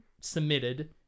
submitted